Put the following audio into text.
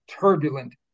turbulent